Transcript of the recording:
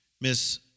Miss